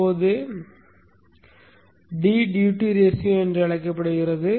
இப்போது d duty ratio என்று அழைக்கப்படுகிறது